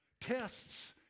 Tests